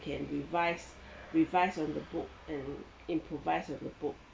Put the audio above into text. can revise revise on the book and improvise on the book